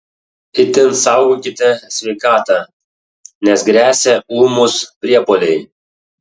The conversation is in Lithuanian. itin saugokite sveikatą nes gresia ūmūs priepuoliai